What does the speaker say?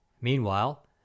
Meanwhile